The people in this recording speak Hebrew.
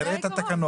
נראה את התקנות,